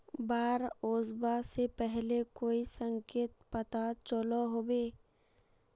बाढ़ ओसबा से पहले कोई संकेत पता चलो होबे?